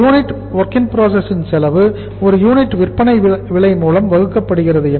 ஒரு unit WIP இன் செலவு ஒரு யூனிட் விற்பனை விலை மூலம் வகுக்கப்படுகிறது